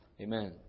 Amen